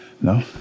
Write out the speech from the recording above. no